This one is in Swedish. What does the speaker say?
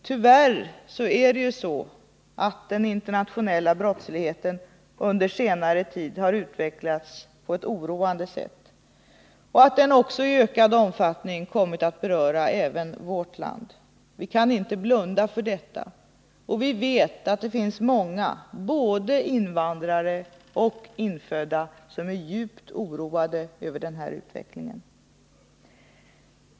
Tyvärr är det ju så att den internationella brottsligheten under senare tid utvecklats på ett oroande sätt och att den i ökad omfattning har kommit att beröra även vårt land. Vi kan inte blunda för detta. Vi vet att det finns många, både invandrare och infödda, som är djupt oroade över den här utvecklingen.